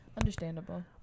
understandable